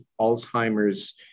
Alzheimer's